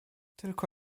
tylko